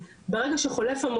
לכן לא שייך שאנחנו נשלח